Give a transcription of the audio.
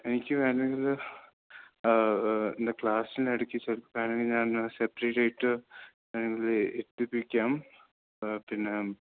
എനിക്ക് വേണമെങ്കിൽ എൻറ്റെ ക്ലാസ്സിനിടയ്ക്ക് ചിലപ്പോൾ അല്ലെങ്കിൽ ഞാൻ സെപ്പറേറ്റ് ആയിട്ട് ഞാനിവരെ ഇരുത്തിപ്പിക്കാം പിന്നെ